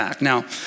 Now